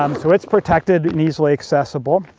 um so it's protected and easily accessible.